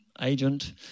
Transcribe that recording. agent